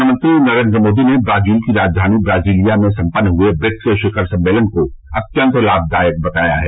प्रधानमंत्री नरेंद्र मोदी ने ब्राजील की राजधानी ब्राजीलिया में संपन्न हुए ब्रिक्स शिखर सम्मेलन को अत्यंत लाभदायक बताया है